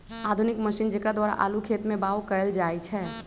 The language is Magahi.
आधुनिक मशीन जेकरा द्वारा आलू खेत में बाओ कएल जाए छै